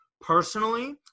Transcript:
Personally